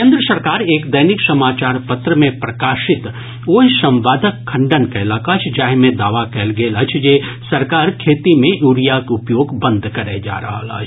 केन्द्र सरकार एक दैनिक समाचार पत्र मे प्रकाशित ओहि संवादक खंडन कयलक अछि जाहि मे दावा कयल गेल अछि जे सरकार खेती मे यूरियाक उपयोग बंद करय जा रहल अछि